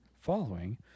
following